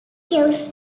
kills